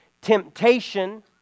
Temptation